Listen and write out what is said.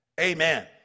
Amen